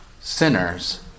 sinners